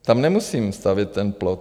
Tam nemusím stavět ten plot.